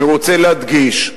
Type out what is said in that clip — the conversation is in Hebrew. אני רוצה להדגיש,